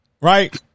Right